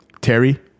Terry